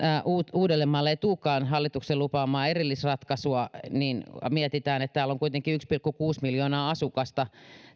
uudellemaalle ei tulekaan hallituksen lupaamaa erillisratkaisua niin kun mietitään että tällä alueella on kuitenkin yksi pilkku kuusi miljoonaa asukasta